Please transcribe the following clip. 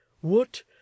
What